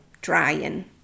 drying